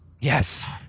Yes